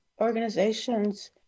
organizations